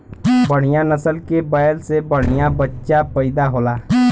बढ़िया नसल के बैल से बढ़िया बच्चा पइदा होला